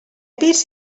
pis